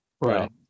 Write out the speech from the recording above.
right